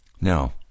now